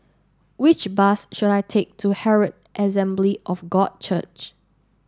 which bus should I take to Herald Assembly of God Church